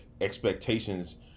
expectations